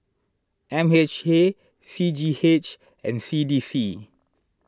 M H A C G H and C D C